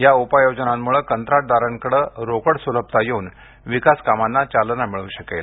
या उपाययोजनांमुळे कंत्राटदारांकडे रोकड सुलभता येऊन विकास कामांना चालना मिळ् शकेल